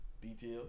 detail